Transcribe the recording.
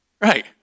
right